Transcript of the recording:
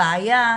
הבעיה,